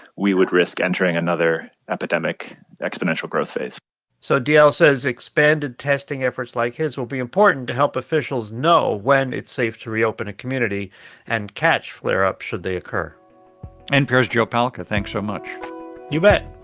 we would risk entering another epidemic exponential growth phase so dalziel says expanded testing efforts like his will be important to help officials know when it's safe to reopen a community and catch flare-ups, should they occur npr's joe palca. thanks so much you bet